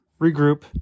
regroup